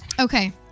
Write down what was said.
okay